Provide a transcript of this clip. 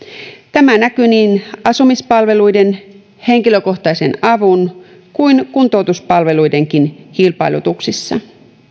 tämä näkyy niin asumispalveluiden henkilökohtaisen avun kuin kuntoutuspalveluidenkin kilpailutuksissa